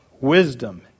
wisdom